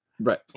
Right